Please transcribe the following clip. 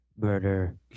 Murder